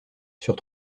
sur